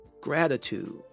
Gratitude